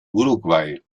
uruguay